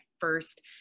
first